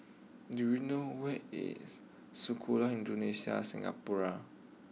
do you know where is Sekolah Indonesia Singapura